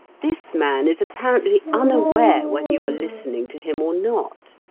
this man is apparently unaware whether you are listening to him or not.